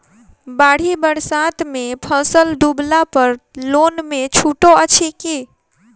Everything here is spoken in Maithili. बाढ़ि बरसातमे फसल डुबला पर लोनमे छुटो अछि की